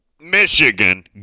Michigan